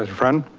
and friend?